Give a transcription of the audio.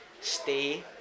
stay